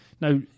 Now